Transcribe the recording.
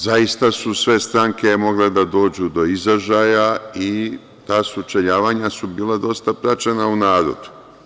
Zaista su sve stranke mogle da dođu do izražaja i ta sučeljavanja su bila dosta praćena u narodu.